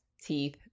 teeth